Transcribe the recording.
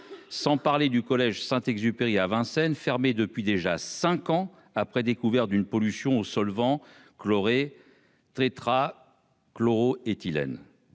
sans parler du collège Saint-Exupéry à Vincennes, fermé depuis déjà 5 ans après, découverte d'une pollution aux solvants chlorés Tétra Chloro éthylène,